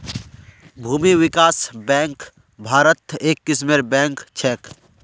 भूमि विकास बैंक भारत्त एक किस्मेर बैंक छेक